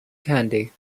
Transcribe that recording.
candy